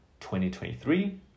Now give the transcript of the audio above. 2023